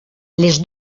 les